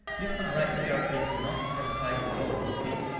this one right here is not the spike low, you see?